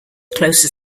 close